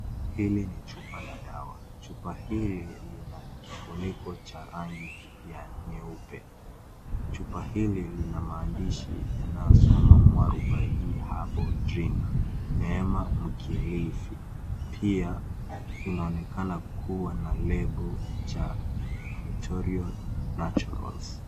Hili ni chupa la dawa, chupa hili lina kifuniko cha rangi ya nyeupe, chupa hili lina maandishi yanayosoma Muarubaini Herbal Drink , Neema Mkilifi pia inaonekana kuwa na lebo cha Otorial Naturals .